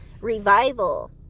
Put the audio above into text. revival